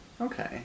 okay